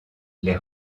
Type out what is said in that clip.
les